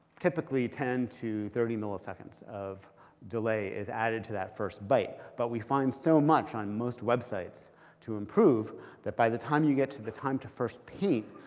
typically ten to thirty milliseconds of delay is added to that first byte. but we find so much on most websites to improve that by the time you get to the time to first paint,